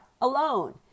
alone